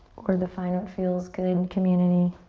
or the find what feels good and community,